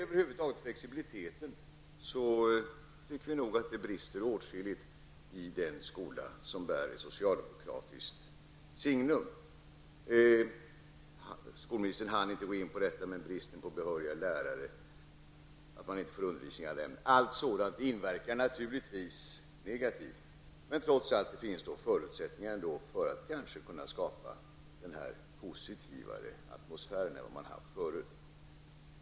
Vi tycker nog att det brister åtskilligt när det gäller flexibiliteten i den skola som bär ett socialdemokratiskt signum. Skolministern hann inte gå in på detta med bristen på behöriga lärare och att man inte får undervisning av sådana. Allt sådant inverkar naturligtvis negativt. Det finns kanske trots allt förutsättningar för att skapa en positivare atmosfär än vad man har haft förut.